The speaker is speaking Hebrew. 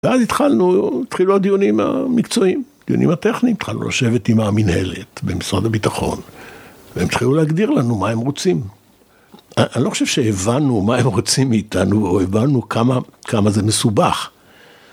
ואז התחלנו, התחילו הדיונים המקצועיים, הדיונים הטכניים, התחלנו לשבת עם המנהלת במשרד הביטחון, והם התחילו להגדיר לנו מה הם רוצים. אני לא חושב שהבנו מה הם רוצים מאיתנו, או הבנו כמה, כמה זה מסובך.